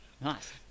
Nice